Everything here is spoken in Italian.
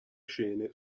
scene